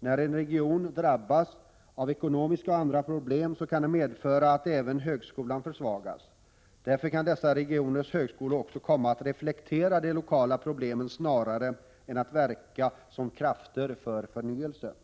När en region drabbas av ekonomiska och andra problem kan det medföra att även högskolan försvagas. De regionala högskolorna kan också komma att reflektera de lokala problemen snarare än att verka som krafter för förnyelse.